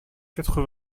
quatre